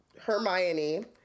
Hermione